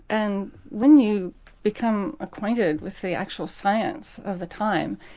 and when you become acquainted with the actual science of the time,